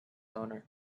owner